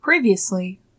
Previously